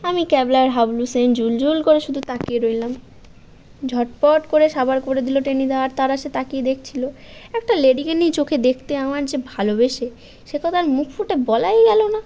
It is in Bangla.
আমি ক্যাবলা আর হাবুল সেন জুলজুল করে শুধু তাকিয়ে রইলাম ঝটপট করে সাবাড় করে দিল টেনিদা আর তারা সে তাকিয়ে দেখছিল একটা লেডিকেনি চোখে দেখতে আমার যে ভালোবেসে সে কথা আর মুখ ফুটে বলাই গেলো না